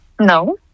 No